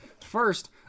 First